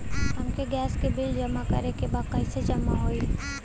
हमके गैस के बिल जमा करे के बा कैसे जमा होई?